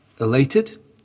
elated